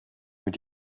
mit